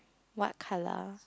what colour